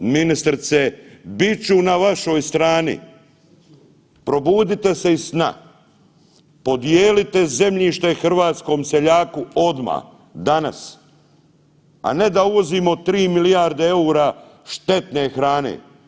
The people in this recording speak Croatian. Ministrice, bit ću na vašoj strani, probudite se iz sna, podijelite zemljište hrvatskom seljaku odmah, danas, a ne da uvozimo tri milijarde eura štetne hrane.